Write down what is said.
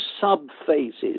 sub-phases